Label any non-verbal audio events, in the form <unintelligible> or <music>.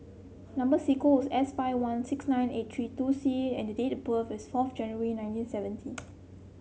number <unintelligible> is S five one six nine eight three two C and the date of birth is fourth January nineteen seventy